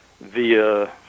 via